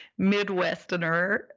Midwesterner